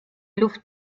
luft